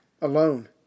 alone